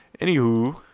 Anywho